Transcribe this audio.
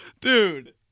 Dude